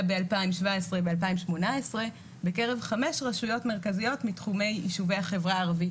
ב-2017 ו-2018 בקרב חמש רשויות מרכזיות מתחומי יישובי החברה הערבית